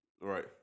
right